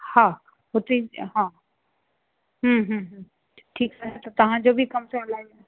हा हुते हा हम्म हम्म ठीकु आहे त तव्हांजो बि कमु सवलाईअ सां